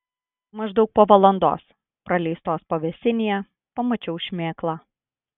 maždaug po valandos praleistos pavėsinėje pamačiau šmėklą